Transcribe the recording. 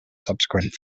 subsequent